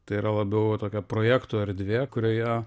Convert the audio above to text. tai yra labiau tokia projektų erdvė kurioje